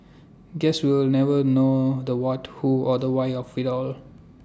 guess we'll never know the what who or the why of IT all